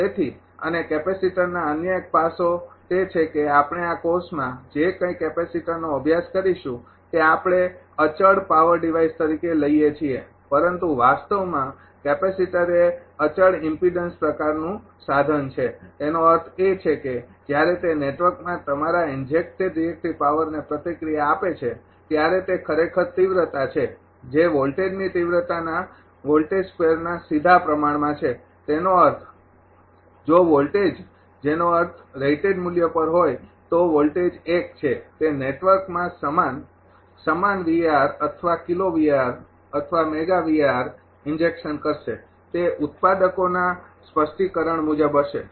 તેથી અને કેપેસિટરના અન્ય એક પાસો તે છે કે આપણે આ કોર્સમાં જે કંઇ કેપેસિટરનો અભ્યાસ કરીશું તે આપણે અચળ પાવર ડિવાઇસ તરીકે લઈએ છીએ પરંતુ વાસ્તવમાં કેપેસિટર એ અચળ ઇમ્પીડન્સ પ્રકારનું સાધન છે તેનો અર્થ એ છે કે જ્યારે તે નેટવર્કમાં તમારા ઈંજેકટેડ રિએક્ટિવ પાવરને પ્રતિક્રિયા આપે છે ત્યારે તે ખરેખર તીવ્રતા છે જે વોલ્ટેજની તિવ્રતાના વોલ્ટેજ સ્કેવરના સીધા પ્રમાણમાં છે તેનો અર્થ જો વોલ્ટેજ જેનો અર્થ રેઇટેડ મૂલ્ય પર હોય તો વોલ્ટેજ ૧ છે તે નેટવર્કમાં સમાન સમાન VAr અથવા kiloVAr અથવા megaVAr ઇન્જેક્શન કરશે તે ઉત્પાદકોના સ્પષ્ટીકરણ મુજબ હશે